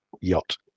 yacht